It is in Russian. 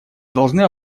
должны